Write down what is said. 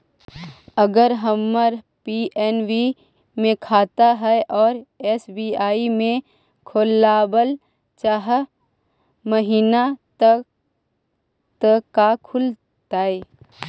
अगर हमर पी.एन.बी मे खाता है और एस.बी.आई में खोलाबल चाह महिना त का खुलतै?